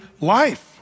life